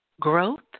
growth